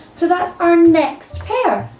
so that's our next pair.